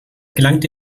gelangte